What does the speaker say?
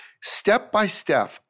step-by-step